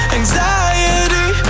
anxiety